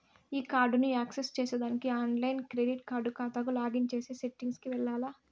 ఈ కార్డుని యాక్సెస్ చేసేదానికి ఆన్లైన్ క్రెడిట్ కార్డు కాతాకు లాగిన్ చేసే సెట్టింగ్ కి వెల్లాల్ల